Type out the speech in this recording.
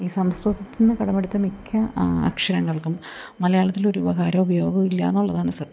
ഈ സംസ്കൃതത്തിന്ന് കടമെടുത്ത മിക്ക അക്ഷരങ്ങൾക്കും മലയാളത്തിലൊരുപകാരവും ഉപയോഗവും ഇല്ല എന്നുള്ളതാണ് സത്യം